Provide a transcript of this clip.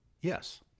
yes